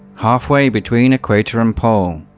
half-way between equator and pole,